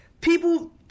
people